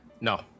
No